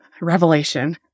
revelation